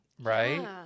right